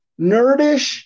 nerdish